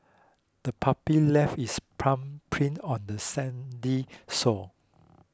the puppy left its paw prints on the sandy shore